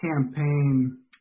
campaign